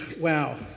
Wow